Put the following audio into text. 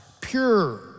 pure